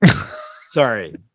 Sorry